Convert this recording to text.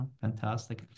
Fantastic